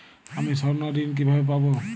আমি স্বর্ণঋণ কিভাবে পাবো?